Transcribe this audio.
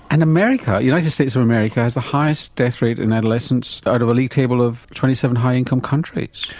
and america, the united states of america has the highest death rate in adolescence out of a league table of twenty seven high income countries.